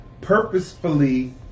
purposefully